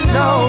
no